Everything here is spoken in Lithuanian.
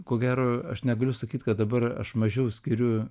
ko gero aš negaliu sakyt kad dabar aš mažiau skiriu